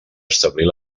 establir